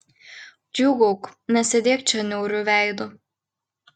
džiūgauk nesėdėk čia niauriu veidu